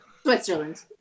Switzerland